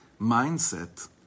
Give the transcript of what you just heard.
mindset